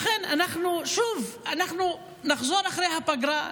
לכן אנחנו שוב נחזור אחרי הפגרה,